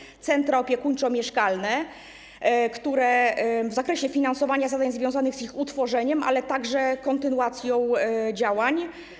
Program „Centra opiekuńczo-mieszkalne”, który w zakresie finansowania zadań związanych z ich utworzeniem, ale także z kontynuacją działań.